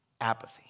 apathy